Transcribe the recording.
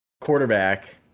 quarterback